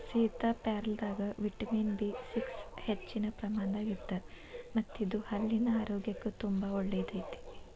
ಸೇತಾಪ್ಯಾರಲದಾಗ vitamin B six ಹೆಚ್ಚಿನ ಪ್ರಮಾಣದಾಗ ಇರತ್ತದ ಮತ್ತ ಇದು ಹಲ್ಲಿನ ಆರೋಗ್ಯಕ್ಕು ತುಂಬಾ ಒಳ್ಳೆಯದೈತಿ